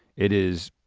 it is,